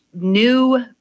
new